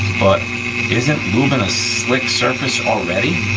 but isn't lubing a slick surface already,